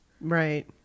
Right